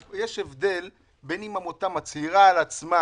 יש הבדל בין אם עמותה מצהירה על עצמה